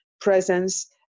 presence